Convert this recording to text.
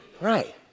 Right